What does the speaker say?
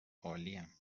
عالیم